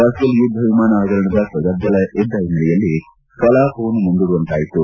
Rafale ಯುದ್ದ ವಿಮಾನ ಹಗರಣದ ಗದ್ದಲ ಎದ್ದ ಹಿನ್ನೆಲೆಯಲ್ಲಿ ಕಲಾಪವನ್ನು ಮುಂದೂಡುವಂತಾಯಿತು